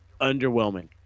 underwhelming